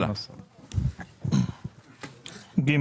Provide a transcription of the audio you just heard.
(ג)